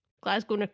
Glasgow